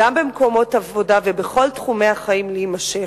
גם במקומות עבודה ובכל תחומי החיים, להימשך.